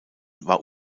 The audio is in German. war